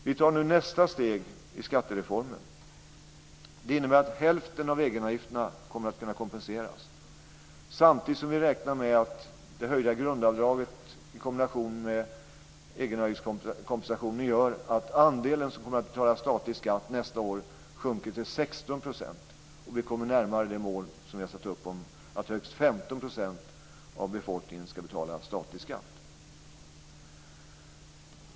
Vi tar nu nästa steg i skattereformen. Det innebär att hälften av egenavgifterna kommer att kunna kompenseras samtidigt som vi räknar med att det höjda grundavdraget i kombination med egenavgiftskompensationen gör att andelen som betalar statlig skatt nästa år sjunker till 16 %. Vi kommer då närmare det mål som vi har satt upp om att högst 15 % av befolkningen ska betala statlig skatt.